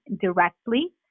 directly